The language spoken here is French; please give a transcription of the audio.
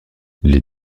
les